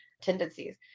tendencies